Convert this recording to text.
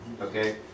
Okay